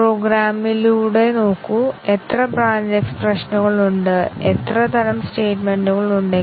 അതിനാൽ ഒന്നിനൊപ്പം രണ്ടെണ്ണം ബേസിക് വ്യവസ്ഥ രണ്ട് സ്വതന്ത്രമായി വിലയിരുത്തുന്നു അതായത് B